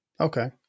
Okay